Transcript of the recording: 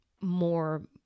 more